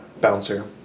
bouncer